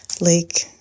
lake